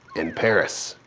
in paris,